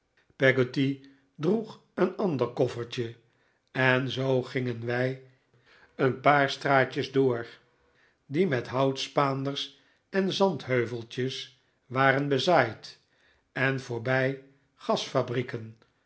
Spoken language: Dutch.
droeg een ander koffertje en zoo gingen wij een paar straatjes door die met houtspaanders en zandheuveltjes waren bezaaid en voorbij